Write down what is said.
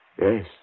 Yes